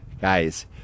guys